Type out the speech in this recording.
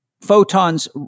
photons